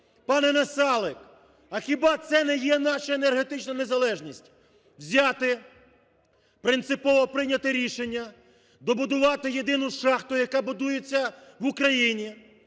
пане Насалик! А хіба це не є наша енергетична незалежність? Взяти принципово прийняти рішення добудувати єдину шахту, яка будується в Україні,